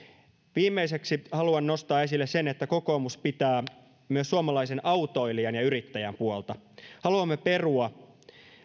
viimeiseksi haluan nostaa esille sen että kokoomus pitää myös suomalaisen autoilijan ja yrittäjän puolta haluamme perua